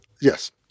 yes